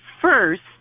first